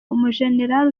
umujenerali